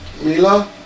Mila